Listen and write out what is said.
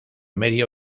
medio